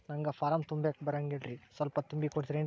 ನಂಗ ಫಾರಂ ತುಂಬಾಕ ಬರಂಗಿಲ್ರಿ ಸ್ವಲ್ಪ ತುಂಬಿ ಕೊಡ್ತಿರೇನ್ರಿ?